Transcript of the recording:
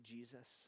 Jesus